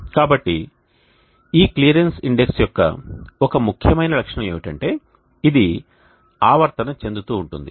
కాబట్టి ఈ clearance index యొక్క ఒక ముఖ్యమైన లక్షణం ఏమిటంటే ఇది ఆవర్తన చెందుతూ ఉంటుంది